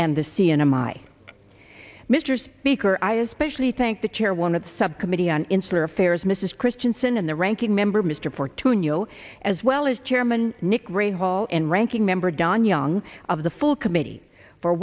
and the c n n my mr speaker i especially thank the chair one of the subcommittee on insular affairs mrs christiansen and the ranking member mr fortuyn you as well as chairman nick ray hall and ranking member don young of the full committee for